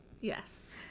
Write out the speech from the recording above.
Yes